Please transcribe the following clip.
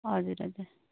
हजुर हजुर